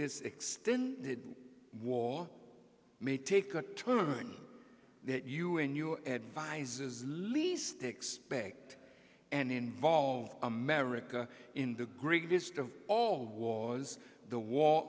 extended war may take a turn that you and your advisors least expect and involve america in the greatest of all was the wa